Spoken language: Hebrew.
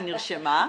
היא נרשמה.